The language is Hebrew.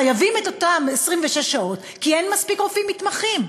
חייבים את אותן 26 שעות כי אין מספיק רופאים מתמחים.